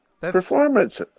Performance